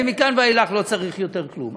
ושמכאן ואילך לא צריך יותר כלום.